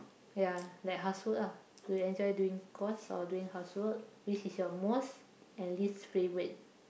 ya like housework ah you enjoy doing cores or doing housework which is your most and least favourite